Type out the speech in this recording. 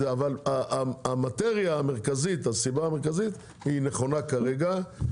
אבל הסיבה המרכזית נכונה כרגע.